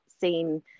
seen